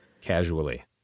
Casually